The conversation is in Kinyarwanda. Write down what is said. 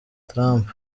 trump